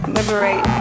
Liberate